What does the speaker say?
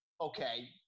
Okay